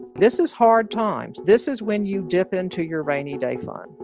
this is hard times. this is when you dip into your rainy day fund.